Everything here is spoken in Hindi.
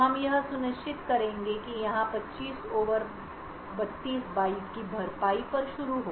हम यह सुनिश्चित करेंगे कि यहां 25 ओवर 32 बाइट की भरपाई पर शुरू हो